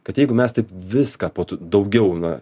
kad jeigu mes taip viską po daugiau na